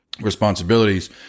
responsibilities